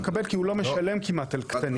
הוא לא מקבל, כי הוא לא משלם כמעט על קטנים.